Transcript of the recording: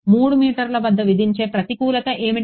3 మీటర్ల వద్ద విధించే ప్రతికూలత ఏమిటి